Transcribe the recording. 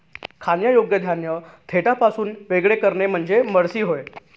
खाण्यायोग्य धान्य देठापासून वेगळे करणे म्हणजे मळणी होय